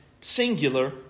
singular